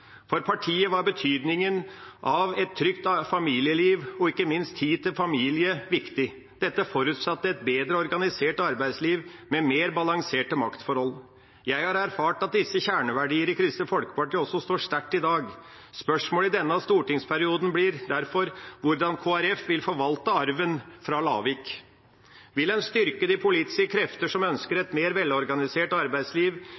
For partiet var betydningen av et trygt familieliv, og ikke minst tid til familie, viktig. Dette forutsatte et bedre organisert arbeidsliv med mer balanserte maktforhold. Jeg har erfart at disse kjerneverdier i Kristelig Folkeparti også står sterkt i dag. Spørsmålet i denne stortingsperioden blir derfor hvordan Kristelig Folkeparti vil forvalte arven fra Lavik. Vil en styrke de politiske krefter som ønsker